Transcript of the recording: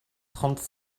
trente